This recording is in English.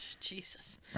Jesus